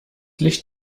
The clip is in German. licht